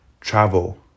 travel